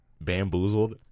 Bamboozled